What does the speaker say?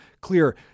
clear